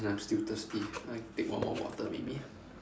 and I'm still thirsty I take one more bottle maybe